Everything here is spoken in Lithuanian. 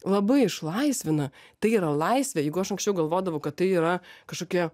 labai išlaisvina tai yra laisvė jeigu aš anksčiau galvodavau kad tai yra kažkokie